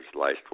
last